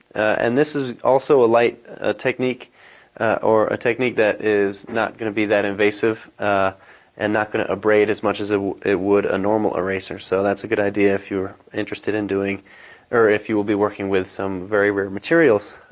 and this is also a light technique or a technique that is not going to be that invasive and not going to abrade as much as it would a normal eraser, so that's a good idea if you are interested in doing or if you'll be working with some very rare materials.